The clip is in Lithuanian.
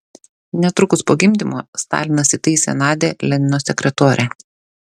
netrukus po gimdymo stalinas įtaisė nadią lenino sekretore